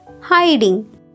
Hiding